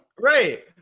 Right